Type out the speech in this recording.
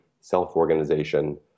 self-organization